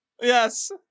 Yes